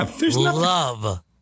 love